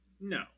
no